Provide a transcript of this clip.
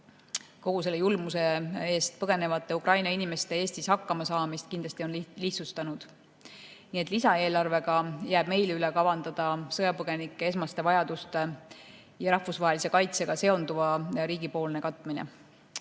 kogu selle julmuse eest põgenevate Ukraina inimeste Eestis hakkamasaamist kindlasti on lihtsustanud. Nii et lisaeelarvega jääb meil üle kavandada sõjapõgenike esmaste vajaduste ja rahvusvahelise kaitsega seonduva riigipoolne katmine.